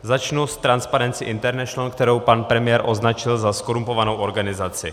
Začnu s Transparency International, kterou pan premiér označil za zkorumpovanou organizaci.